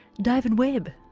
david webb,